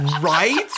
Right